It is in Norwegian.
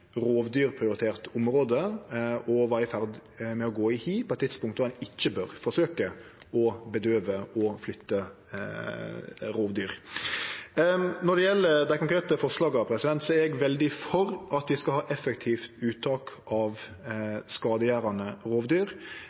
rovdyrprioritert område og i ferd med å gå i hi, eit tidspunkt då ein ikkje bør forsøkje å bedøve og flytte rovdyr. Når det gjeld dei konkrete forslaga, er eg veldig for at vi skal ha eit effektivt uttak av skadegjerande rovdyr.